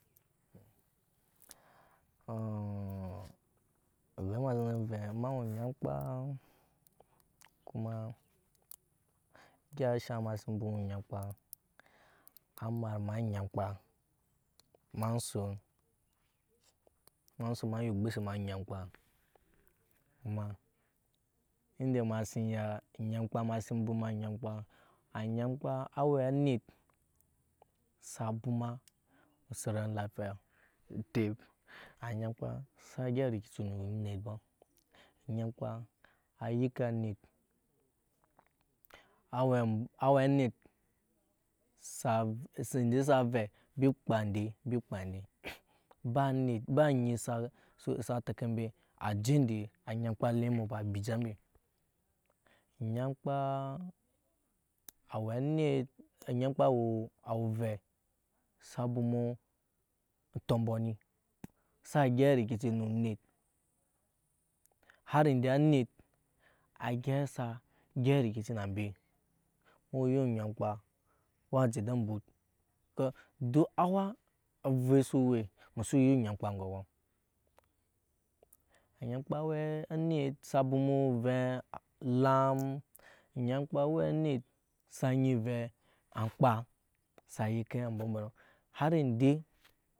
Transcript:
ovɛ ana si vɛ ema we onyamkpa kuma egya si shaŋ ma si embwama enyankpa a mat ma enyanka ma son ma ya ogbose ma onyamka kuma ende ma sin kuma ma bwoma anyankpa anyankpa awe anet sa bwoma eset lafiya otep anyankpa sa bwoma elikici nu onit ba anytanka ayike anit awe anii ende sa vɛ mb kpaa ende mbi we kpaa ende ba anyi sa teke mbe a je ende na ba lee ndo ba ebija ni anyankpa awe anit anyamka awe ovwo sa bwoma otɔmbɔ ni sa gyɛp rikici nu onit har nde anet ayɛp rikici na mbe mu ya onyamkpa a je ede embut duk awa ovɛt su we musu ya onyankpa oŋgo ba anyamkpa anyankpa awe anit sa ove ankpa sa yike ambɔ mbɔnɔ har ende.